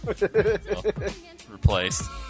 Replaced